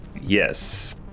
Yes